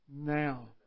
now